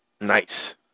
Nice